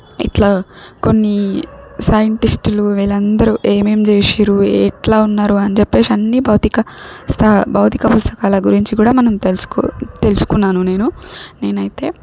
ఇట్ల కొన్ని సైంటిస్ట్లు వీళ్ళందరు ఏమేం చేసినారు ఎట్లా ఉన్నారు అని చెప్పేసి అన్నీ భౌతిక స్తా భౌతిక పుస్తకాల గురించి కూడా మనం తెలుసుకో తెలుసుకున్నాను నేను నేనైతే